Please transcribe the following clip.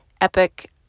epic